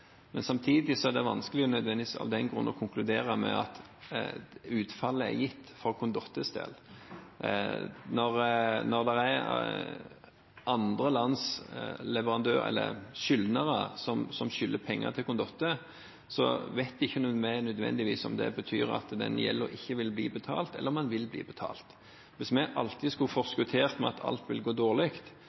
Samtidig er det vanskelig av den grunn å konkludere med at utfallet er gitt for Condottes del. Når det er andre lands skyldnere som skylder Condotte penger, vet ikke vi om det nødvendigvis betyr at den gjelden ikke vil bli betalt, eller om den vil bli betalt. Hvis vi alltid skulle forskuttert med at alt vil gå dårlig,